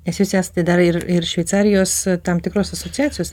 nes jūs esate dar ir ir šveicarijos tam tikros asociacijos